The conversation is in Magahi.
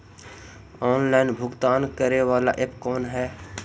ऑनलाइन भुगतान करे बाला ऐप कौन है?